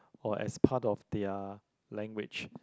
or as part of their language